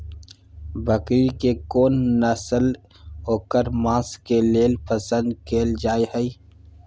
बकरी के कोन नस्ल ओकर मांस के लेल पसंद कैल जाय हय?